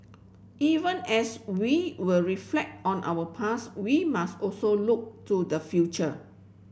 even as we will reflect on our past we must also look to the future